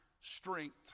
strength